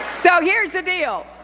so here's the deal.